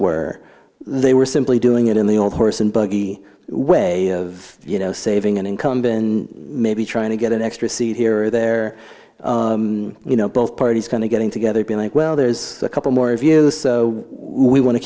were they were simply doing it in the old horse and buggy way of you know saving an incumbent and maybe trying to get an extra seat here or there you know both parties kind of getting together be like well there's a couple more of us we want to